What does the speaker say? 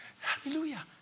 hallelujah